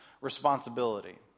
responsibility